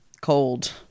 cold